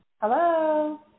Hello